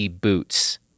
boots